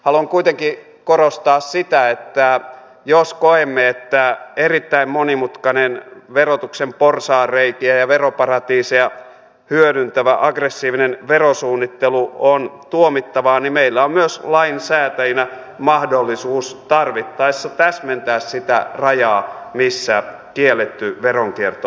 haluan kuitenkin korostaa sitä että jos koemme että erittäin monimutkainen verotuksen porsaanreikiä ja veroparatiiseja hyödyntävä aggressiivinen verosuunnittelu on tuomittavaa niin meillä on myös lainsäätäjinä mahdollisuus tarvittaessa täsmentää sitä rajaa missä kielletty veronkierto alkaa